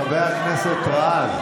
חבר הכנסת רז,